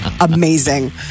amazing